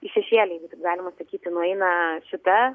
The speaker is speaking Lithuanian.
į šešėlį jeigu taip galima sakyti nueina šita